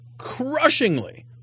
crushingly